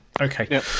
okay